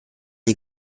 die